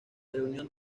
reunión